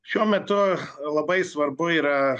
šiuo metu labai svarbu yra